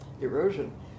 erosion